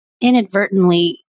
inadvertently